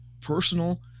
personal